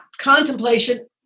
Contemplation